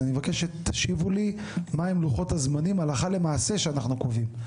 אז אני מבקש שתשיבו לי מהם לוחות הזמנים הלכה למעשה שאנחנו קובעים.